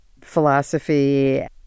philosophy